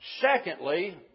Secondly